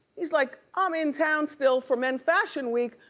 he's like, i'm in town still for men's fashion week,